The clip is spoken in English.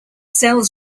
cells